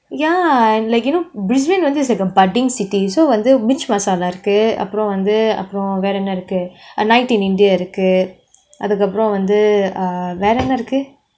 ya and like you know brisbane வந்து:vanthu is like a budding city so வந்து:vanthu mirchi masala இருக்கு அப்புறம் வந்து அப்புறம் வேற என்ன இருக்கு:iruku appuram vanthu appuram vera enna iruku night in india இருக்கு அதுகப்புறம் வந்து:iruku athukappram vanthu ah வேற என்ன இருக்கு:vera enna iruku